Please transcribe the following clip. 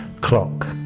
clock